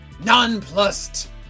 nonplussed